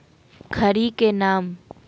खड़ी के नाम?